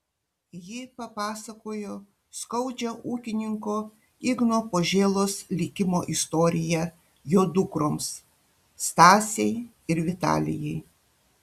ji papasakojo skaudžią ūkininko igno požėlos likimo istoriją jo dukroms stasei ir vitalijai